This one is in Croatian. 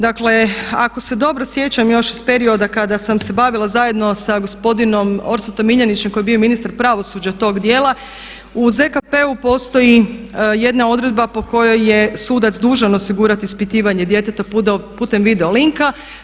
Dakle, ako se dobro sjećam još iz perioda kada sam se bavila zajedno sa gospodinom Orsatom Miljenićem koji je bio ministar pravosuđa tog dijela u ZKP-u postoji jedna odredba po kojoj je sudac dužan osigurati ispitivanje djeteta putem videolinka.